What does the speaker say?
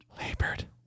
Labored